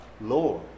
Lord